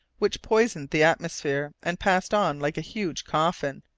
which poisoned the atmosphere and passed on like a huge coffin,